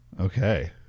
Okay